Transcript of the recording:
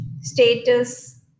status